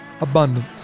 abundance